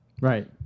Right